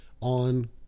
on